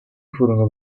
furono